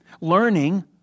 Learning